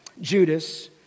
Judas